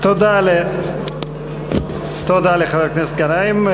תודה לחבר הכנסת גנאים.